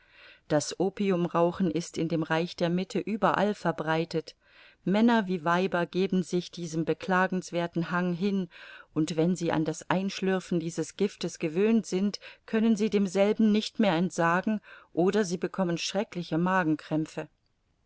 das opiumrauchen ist in dem reich der mitte überall verbreitet männer wie weiber geben sich diesem beklagenswerthen hang hin und wenn sie an das einschlürfen dieses giftes gewöhnt sind können sie demselben nicht mehr entsagen oder sie bekommen schreckliche magenkrämpfe